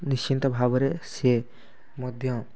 ନିଶ୍ଚିତ ଭାବରେ ସିଏ ମଧ୍ୟ